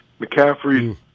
McCaffrey